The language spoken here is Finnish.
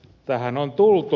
tähän on tultu